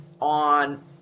on